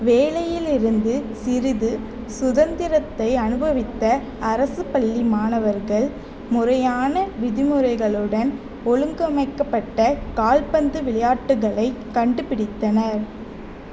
வேலையிலிருந்து சிறிது சுதந்திரத்தை அனுபவித்த அரசுப் பள்ளி மாணவர்கள் முறையான விதிமுறைகளுடன் ஒழுங்கமைக்கப்பட்ட கால்பந்து விளையாட்டுகளைக் கண்டுபிடித்தனர்